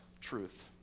truth